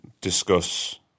discuss